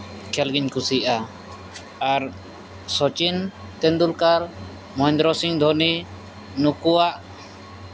ᱠᱷᱮᱞ ᱜᱤᱧ ᱠᱩᱥᱤᱭᱟᱜᱼᱟ ᱟᱨ ᱥᱚᱪᱤᱱ ᱴᱮᱱᱰᱩᱞᱠᱟᱨ ᱢᱚᱦᱮᱱᱫᱨᱚ ᱥᱤᱝ ᱫᱷᱳᱱᱤ ᱱᱩᱠᱩᱣᱟᱜ